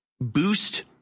boost